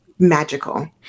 magical